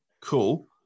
cool